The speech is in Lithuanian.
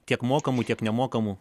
tiek mokamų tiek nemokamų